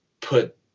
put